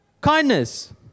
Kindness